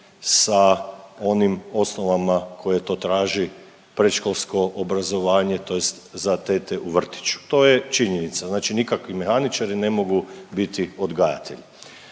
sa onim osnovama koje to traži predškolsko obrazovanje tj. za tete u vrtiću, to je činjenica, znači nikakvi mehaničari ne mogu biti odgajatelji.